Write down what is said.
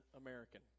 American